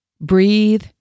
Breathe